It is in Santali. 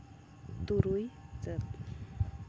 ᱛᱩᱨᱩᱭ ᱪᱟᱹᱛ